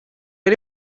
ari